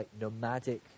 nomadic